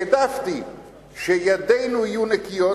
העדפתי שידינו יהיו נקיות,